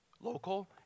local